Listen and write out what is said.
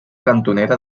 cantonera